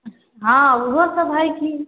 हँ उहो सब हय की